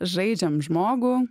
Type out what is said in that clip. žaidžiam žmogų